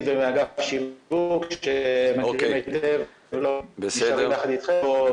ומאגף השיווק שמכירים היטב ונשארים יחד אתכם פה.